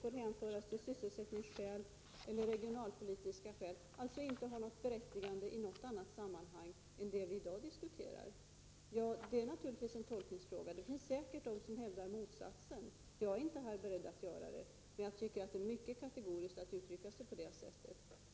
får vara beroende av sysselsättningsskäl eller regionalpolitiska skäl, dvs. denna fråga får inte ha något berättigande i något annat sammanhang än det vi i dag diskuterar. Detta är naturligtvis en tolkningsfråga. Det finns säkert de som hävdar motsatsen. Jag är inte här beredd att göra det, för jag anser det vara mycket kategoriskt att uttrycka sig på det sättet.